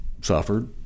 suffered